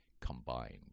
combined